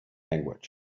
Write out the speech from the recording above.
language